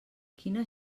quina